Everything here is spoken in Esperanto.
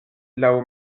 laŭ